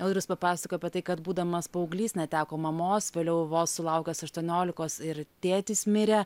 audrius papasakojo apie tai kad būdamas paauglys neteko mamos vėliau vos sulaukus aštuoniolikos ir tėtis mirė